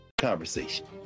Conversation